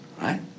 right